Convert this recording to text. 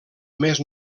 més